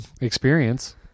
experience